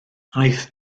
aeth